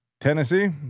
Tennessee